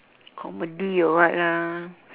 comedy or what lah